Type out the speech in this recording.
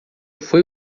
foi